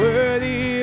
Worthy